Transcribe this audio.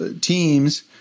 teams